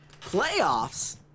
Playoffs